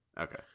Okay